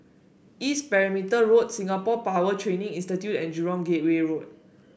East Perimeter Road Singapore Power Training Institute and Jurong Gateway Road